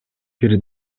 бир